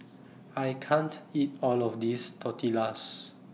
I can't eat All of This Tortillas